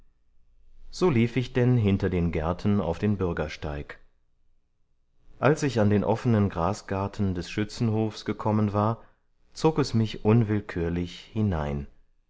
so lief ich denn hinter den gärten auf den bürgersteig als ich an den offenen grasgarten des schützenhofs gekommen war zog es mich unwillkürlich hinein